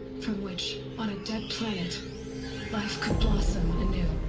from which. on a dead planet. life could blossom anew?